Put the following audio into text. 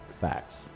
Facts